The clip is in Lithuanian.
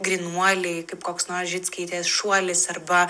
grynuoliai kaip koks nors žickytės šuolis arba